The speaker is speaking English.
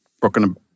broken